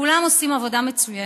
כולם עושים עבודה מצוינת.